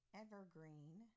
evergreen